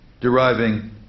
deriving